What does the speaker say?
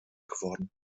geworden